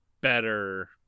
better